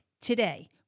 today